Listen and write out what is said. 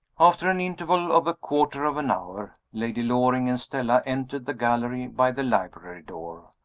after an interval of a quarter of an hour, lady loring and stella entered the gallery by the library door.